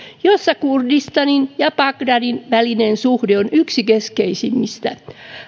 jossa kurdistanin ja bagdadin välinen suhde on yksi keskeisimmistä